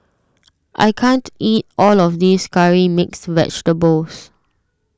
I can't eat all of this Curry Mixed Vegetables